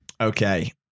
Okay